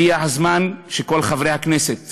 הגיע הזמן שכל חברי הכנסת